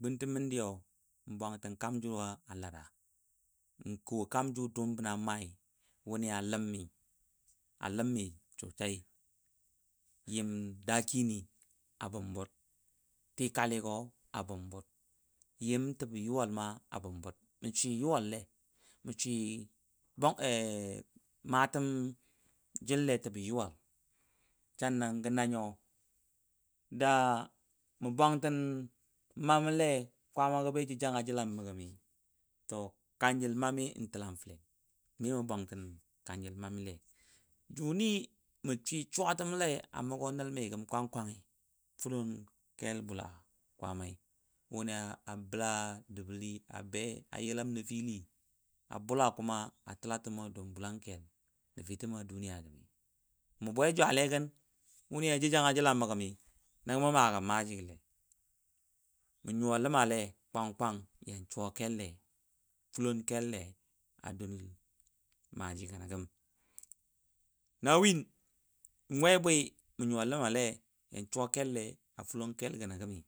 guntəmɔ mə gʊni bwantən kaam ju a lara N ko kam ju dʊʊm bəna mai wuni a ləm mi shu shai nyim dakini a bumbur yim da kini a bum bur yim təbə yuwal ma bumbur yuwal mə swi maatạm jil le jibo yuwa lo nan gə nanyo da mə bbwantən mamo le kwang kwangi kwaama go ba je jangajil a məgəmmii to kanjəl mami n təlamm fəlen mi mə bwangtən kanjil mami le juni mə fi shuwa təmo le a mugonəlmi gam. kwang kwangi fʊlʊn kel bul kwaamaiwuni a bəla dabəlɔ a gəla be fa təm ni gəmi bula nifi a bula təla tʊʊmo don bwilan kelbəni nafimo dunyai gəmi mə bwejwale gən wuni a jou jangaə jɨl a məgəmi nəngɔ mə magəm majigə lei mə nyuwa le kwang kwang mə nyuwa ləmale kwang kwang yan suwa kel le a dul maji gəno gəm. na win we a bwi mə nyuma le ya suwa kel gəno lei.